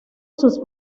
sus